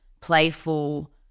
playful